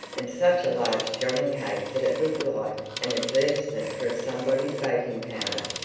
and such a large johnny cake that it looked like an advertisement for somebody's baking-powder.